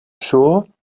sure